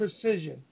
precision